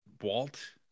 Walt